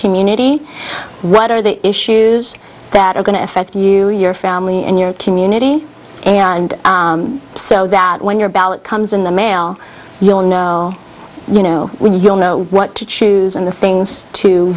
community right or the issues that are going to affect you your family and your community and so that when your ballot comes in the mail you'll know you know when you'll know what to choose and the things to